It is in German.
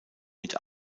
mit